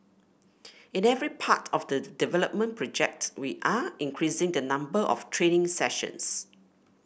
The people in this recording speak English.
in every part of the development project we are increasing the number of training sessions